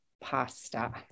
Pasta